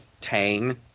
Tang